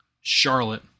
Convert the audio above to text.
Charlotte